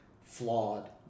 flawed